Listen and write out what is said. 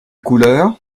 couleur